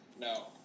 No